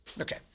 Okay